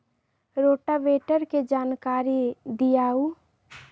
Rotavator के जानकारी दिआउ?